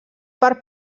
part